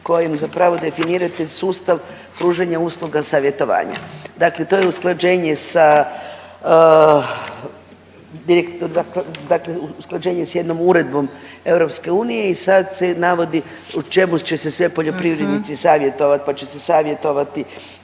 kojim zapravo definirate sustav pružanja usluga savjetovanja. Dakle, to je usklađenje s jednom uredbom EU i sad se navodi u čemu će se sve poljoprivrednici savjetovat, pa će se savjetovati